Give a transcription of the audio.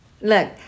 Look